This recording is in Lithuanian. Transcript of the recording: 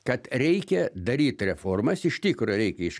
kad reikia daryt reformas iš tikro reikia iš